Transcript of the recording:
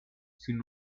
sin